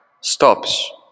stops